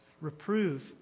Reprove